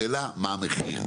השאלה מה המחיר?